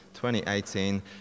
2018